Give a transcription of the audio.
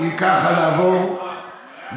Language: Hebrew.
אם ככה, נעבור